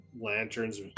lanterns